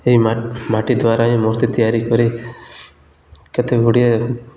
ଏହି ମାଟି ଦ୍ୱାରା ହଁ ମୂର୍ତ୍ତି ତିଆରି କରି କେତେ ଗୁଡ଼ିଏ